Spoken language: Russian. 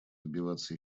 добиваться